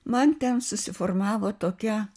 man ten susiformavo tokia